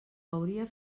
hauria